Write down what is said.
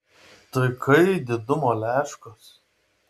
tai kai didumo leškos